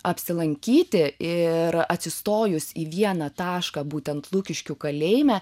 apsilankyti ir atsistojus į vieną tašką būtent lukiškių kalėjime